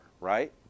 right